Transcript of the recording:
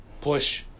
Push